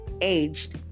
aged